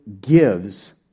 gives